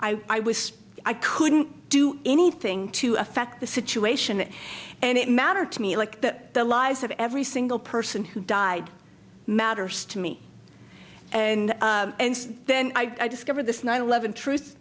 i was i couldn't do anything to affect the situation and it matter to me like the lives of every single person who died matters to me and then i discovered this nine eleven tru